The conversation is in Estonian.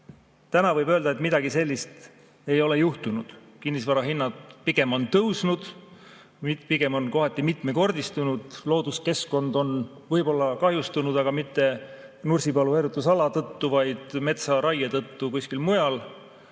Täna võib öelda, et midagi sellist ei ole juhtunud. Kinnisvarahinnad pigem on tõusnud, pigem on kohati mitmekordistunud. Looduskeskkond on võib-olla kahjustunud, aga mitte Nursipalu harjutusala tõttu, vaid metsaraie tõttu kuskil mujal.